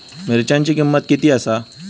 मिरच्यांची किंमत किती आसा?